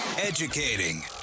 Educating